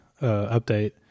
update